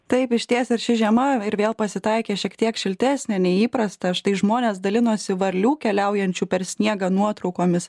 taip išties ir ši žiema ir vėl pasitaikė šiek tiek šiltesnė nei įprasta štai žmonės dalinosi varlių keliaujančių per sniegą nuotraukomis